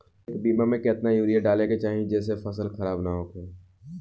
एक बीघा में केतना यूरिया डाले के चाहि जेसे फसल खराब ना होख?